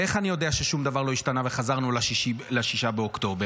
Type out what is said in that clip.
ואיך אני יודע ששום דבר לא השתנה וחזרנו ל-6 באוקטובר?